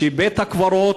שבית-הקברות,